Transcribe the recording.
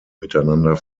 miteinander